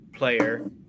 Player